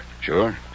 Sure